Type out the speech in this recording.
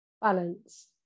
Balance